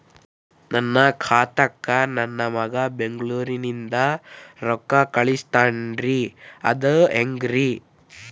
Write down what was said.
ನನ್ನ ಖಾತಾಕ್ಕ ನನ್ನ ಮಗಾ ಬೆಂಗಳೂರನಿಂದ ರೊಕ್ಕ ಕಳಸ್ತಾನ್ರಿ ಅದ ಹೆಂಗ್ರಿ?